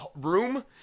room